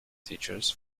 teachers